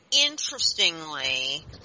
interestingly